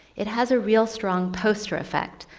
it has a real strong poster effect.